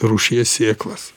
rūšies sėklas